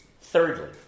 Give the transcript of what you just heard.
Thirdly